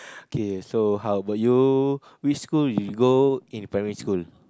okay so how about you which school you go in primary school